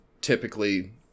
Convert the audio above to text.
typically